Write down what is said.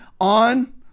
on